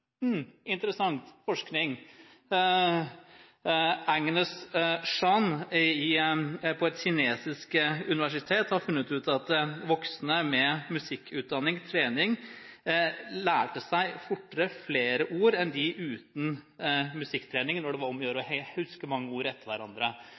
Interessant forskning! Agnes Chan, ved et kinesisk universitet, har funnet ut at voksne med musikktrening lærte seg fortere flere ord enn dem uten musikktrening når det var